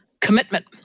commitment